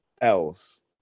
else